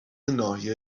ناحیه